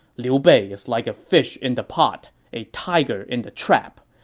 liu bei is like a fish in the pot, a tiger in the trap.